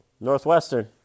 Northwestern